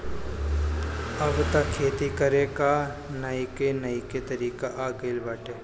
अब तअ खेती करे कअ नईका नईका तरीका आ गइल बाटे